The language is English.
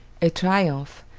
a triumph,